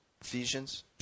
Ephesians